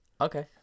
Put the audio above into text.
Okay